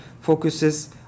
focuses